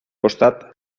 costat